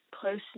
close